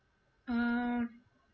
uh